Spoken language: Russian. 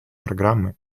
программы